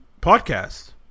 podcast